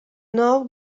nou